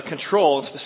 control